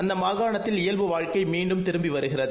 அந்த மாகாணத்தில் இயல்பு வாழ்க்கை மீண்டும் திரும்பி வருகிறது